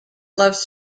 loves